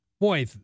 boy